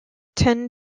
tend